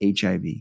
HIV